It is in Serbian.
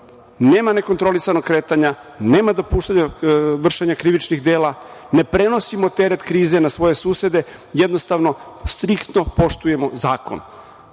Nema nekontrolisanog kretanja, nema dopuštanja vršenja krivičnih dela, ne prenosimo teret krize na svoje susede, jednostavno, striktno poštujemo zakon.